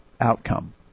outcome